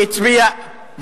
התשע"א 2010, נתקבלה.